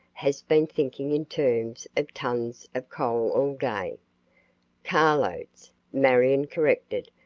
has been thinking in terms of tons of coal all day carloads, marion corrected,